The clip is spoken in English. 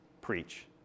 preach